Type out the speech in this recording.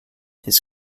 his